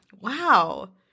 Wow